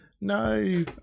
No